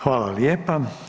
Hvala lijepa.